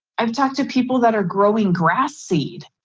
i've talked to people that are growing grass seed,